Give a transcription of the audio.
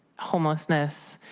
homelessness,